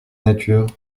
nature